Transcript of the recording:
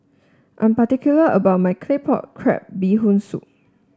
I am particular about my Claypot Crab Bee Hoon Soup